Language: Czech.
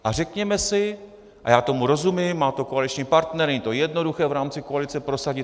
A řekněme si, a já tomu rozumím, má to koaliční partner, není to jednoduché v rámci koalice prosadit.